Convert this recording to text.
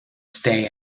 stay